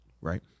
right